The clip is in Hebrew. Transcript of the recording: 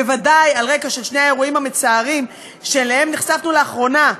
בוודאי על רקע שני האירועים המצערים שאליהם נחשפנו לאחרונה,